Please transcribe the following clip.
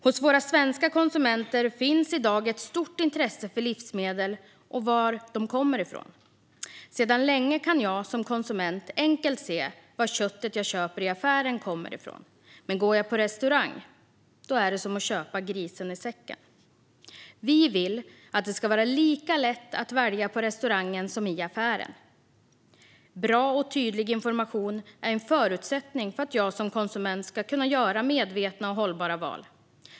Hos våra svenska konsumenter finns i dag ett stort intresse för livsmedel och var de kommer från. Sedan länge kan jag som konsument enkelt se var köttet jag köper i affären kommer från. Men om jag går på restaurang är det som att köpa grisen i säcken. Vi vill att det ska vara lika lätt att välja på restaurangen som i affären. Bra och tydlig information är en förutsättning för att jag som konsument ska kunna göra medvetna och hållbara val.